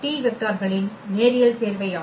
வெக்டார்களின் நேரியல் சேர்வையாகும்